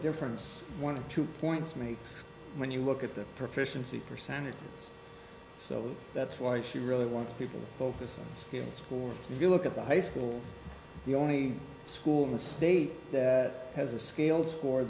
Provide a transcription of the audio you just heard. difference one of two points makes when you look at that proficiency percentage so that's why she really wants people focus on skills or if you look at the high school the only school in the state that has a scale